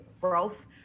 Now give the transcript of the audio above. growth